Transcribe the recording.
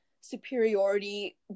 superiority